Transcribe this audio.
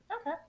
okay